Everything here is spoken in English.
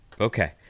okay